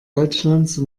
deutschlands